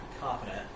confident